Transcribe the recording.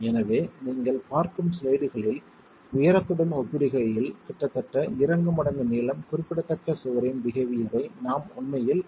எனவே நீங்கள் பார்க்கும் ஸ்லைடுகளில் உயரத்துடன் ஒப்பிடுகையில் கிட்டத்தட்ட இரண்டு மடங்கு நீளம் குறிப்பிடத்தக்க சுவரின் பிஹெவியர்யை நாம் உண்மையில் ஆய்வு செய்கிறோம்